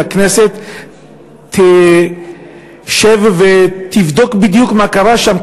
והכנסת תשב ותבדוק מה בדיוק קרה שם,